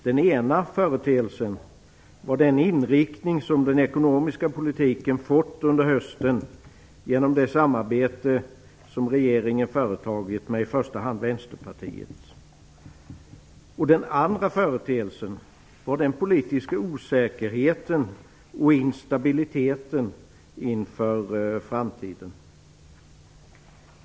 Den ena företeelsen var den inriktning som den ekonomiska politiken fått under hösten genom det samarbete som regeringen företagit med i första hand Vänsterpartiet. Den andra företeelsen var den politiska osäkerheten och instabiliteten inför framtiden.